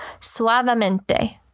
suavemente